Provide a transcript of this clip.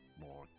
more